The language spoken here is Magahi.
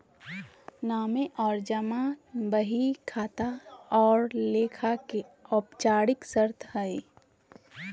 नामे और जमा बही खाता और लेखा के औपचारिक शर्त हइ